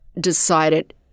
decided